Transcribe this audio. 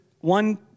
one